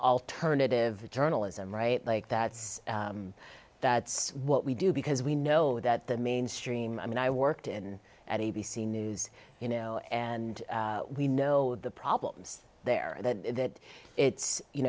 alternative journalism right like that that's what we do because we know that the mainstream i mean i worked in at a b c news you know and we know the problems there that it's you